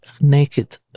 naked